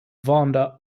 vonda